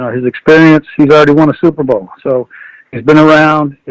he's experienced, he's already want a super bowl. so he's been around,